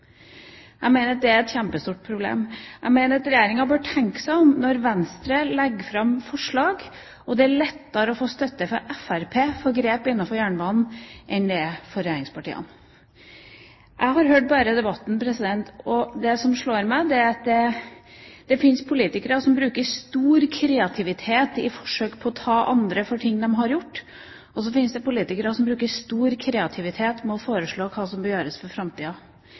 et kjempestort problem. Jeg mener at Regjeringen bør tenke seg om når Venstre legger fram forslag og det er lettere å få støtte fra Fremskrittspartiet for grep innenfor jernbanen, enn det er å få støtte fra regjeringspartiene. Jeg har hørt på denne debatten, og det som slår meg, er at det fins politikere som bruker stor kreativitet i et forsøk på å ta andre for ting de har gjort, og så fins det politikere som bruker stor kreativitet for å foreslå hva som bør gjøres for framtida.